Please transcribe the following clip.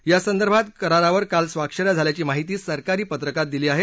यासंदर्भात करारावर काल स्वाक्ष या झाल्याची माहिती सरकारी पत्रकात दिली आहे